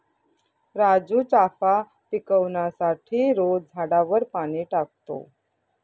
राजू चाफा पिकवण्यासाठी रोज झाडावर पाणी टाकतो